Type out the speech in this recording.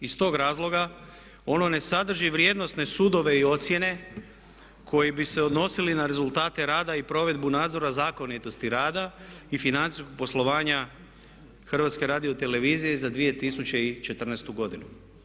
Iz tog razloga ono ne sadrži vrijednosne sudove i ocijene koji bi se odnosili na rezultate rada i provedbu nadzora zakonitosti rada i financijskog poslovanja HRT-a za 2014.godinu.